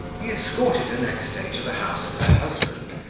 he escorted her next day to the house of her husband,